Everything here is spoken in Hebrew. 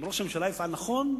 אם ראש הממשלה יפעל נכון,